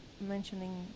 mentioning